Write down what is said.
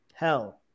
Hell